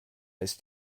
ist